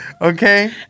okay